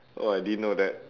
oh I didn't know that